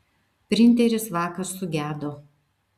printeris vakar sugedo